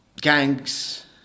gangs